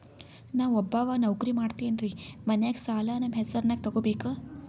ನಾ ಒಬ್ಬವ ನೌಕ್ರಿ ಮಾಡತೆನ್ರಿ ಮನ್ಯಗ ಸಾಲಾ ನಮ್ ಹೆಸ್ರನ್ಯಾಗ ತೊಗೊಬೇಕ?